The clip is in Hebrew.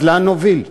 אז לאן נוביל?